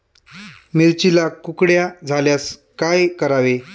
मिरचीला कुकड्या झाल्यास काय करावे?